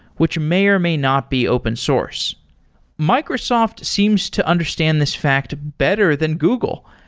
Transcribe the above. which may or may not be open source microsoft seems to understand this fact better than google,